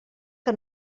que